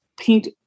paint